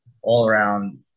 all-around